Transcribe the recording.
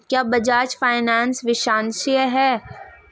क्या बजाज फाइनेंस विश्वसनीय है?